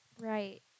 right